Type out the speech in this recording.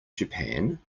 japan